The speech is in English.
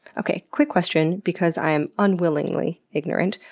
okay, quick question, because i am unwillingly ignorant.